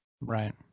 Right